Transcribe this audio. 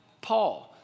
Paul